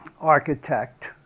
architect